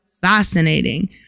fascinating